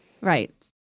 Right